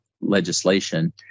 legislation